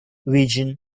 region